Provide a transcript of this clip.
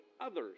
others